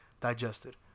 digested